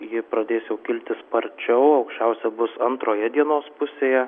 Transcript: ji pradės jau kilti sparčiau aukščiausia bus antroje dienos pusėje